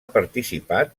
participat